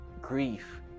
grief